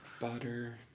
Butter